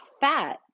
fat